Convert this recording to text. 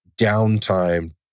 downtime